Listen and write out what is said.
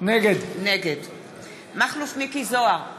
נגד מכלוף מיקי זוהר,